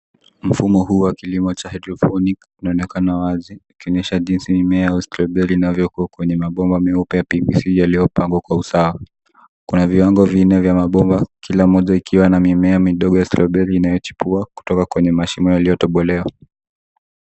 Mfumo huu wa kilimo cha hydroponic unaonekana wazi ikionyesha jinsi mimea ya strawberry inavyokuwa kwenye mabomba meupe ya p v c yaliyopangwa kwa usawa. Kuna viwango vingine vya mabomba kila mmoja ikiwa na mimea midogo ya strawberry inayochukua kutoka kwenye mashimo yaliyotobolewa.